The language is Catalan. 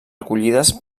recollides